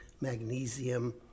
magnesium